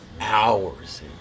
Hours